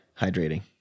Hydrating